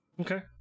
Okay